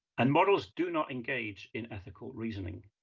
and models do not engage in ethical reasoning.